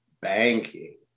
banking